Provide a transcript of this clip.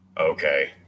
Okay